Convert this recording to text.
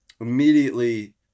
immediately